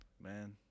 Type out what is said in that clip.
man